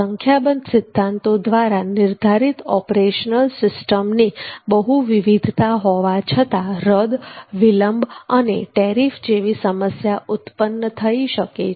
સંખ્યાબંધ સિદ્ધાંતો દ્વારા નિર્ધારિત ઓપરેશનલ સિસ્ટમની બહુ વિવિધતા હોવા છતાં રદ વિલંબ અને ટેરીફ જેવી સમસ્યા ઉત્પન્ન થઇ શકે છે